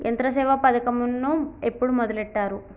యంత్రసేవ పథకమును ఎప్పుడు మొదలెట్టారు?